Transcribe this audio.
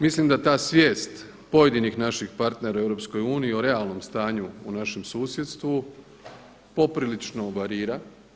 Mislim da ta svijest pojedinih naših partnera u EU o realnom stanju u našem susjedstvu poprilično varira.